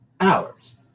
hours